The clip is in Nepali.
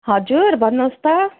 हजुर भन्नुहोस् त